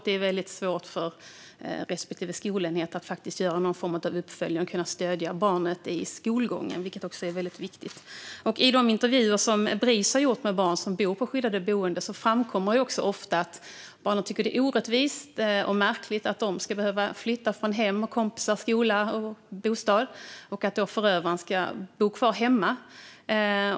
Det är väldigt svårt för respektive skolenhet att faktiskt göra någon form av uppföljning och kunna stödja barnet i skolgången, vilket också är väldigt viktigt. I de intervjuer som Bris har gjort med barn som bor på skyddade boenden framkommer det ofta att barnen tycker att det är orättvist och märkligt att de ska behöva flytta från hem, kompisar, skola och bostad och att förövaren ska få bo kvar hemma.